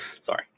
Sorry